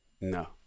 No